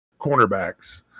cornerbacks